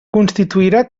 constituirà